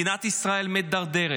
מדינת ישראל מידרדרת,